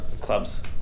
clubs